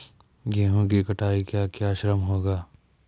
गेहूँ की कटाई का क्या श्रम होगा?